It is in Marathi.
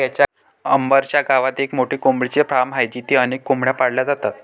अंबर च्या गावात एक मोठे कोंबडीचे फार्म आहे जिथे अनेक कोंबड्या पाळल्या जातात